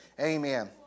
Amen